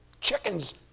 chickens